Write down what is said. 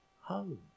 Home